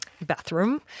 bathroom